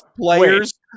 players